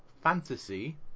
Fantasy